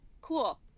cool